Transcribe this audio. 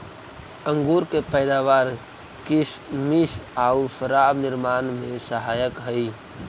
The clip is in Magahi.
अंगूर के पैदावार किसमिस आउ शराब निर्माण में सहायक हइ